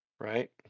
Right